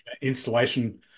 installation